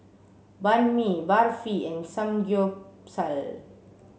Banh Mi Barfi and Samgyeopsal